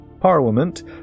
Parliament